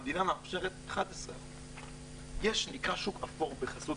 המדינה מאפשרת 11%. יש שוק אפור בחסות